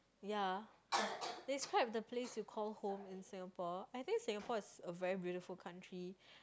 ya describe the place you call home in Singapore I think Singapore is a very beautiful country